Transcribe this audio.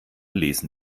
lesen